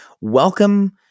welcome